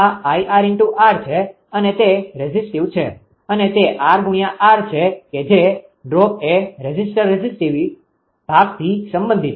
આ 𝐼𝑟𝑟 છે અને તે રેઝિસ્ટિવ છે અને તે r ગુણ્યા r છે કે જે ડ્રોપ એ રેઝિસ્ટર રેઝિસ્ટિવ ભાગથી સંબંધિત છે